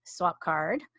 Swapcard